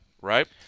right